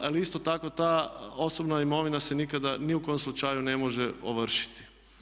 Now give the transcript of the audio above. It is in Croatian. Ali isto tako ta osobna imovina se nikada ni u kom slučaju ne može ovršiti.